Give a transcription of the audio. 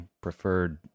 preferred